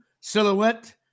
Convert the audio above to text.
Silhouette